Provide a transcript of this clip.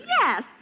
Yes